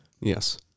Yes